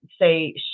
say